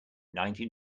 nineteen